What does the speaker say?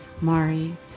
Mari